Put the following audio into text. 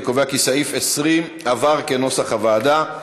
אני קובע כי סעיף 20 התקבל כנוסח הוועדה.